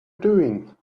doing